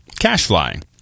CashFly